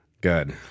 good